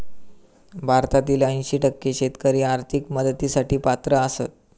भारतातील ऐंशी टक्के शेतकरी आर्थिक मदतीसाठी पात्र आसत